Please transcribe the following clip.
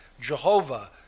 Jehovah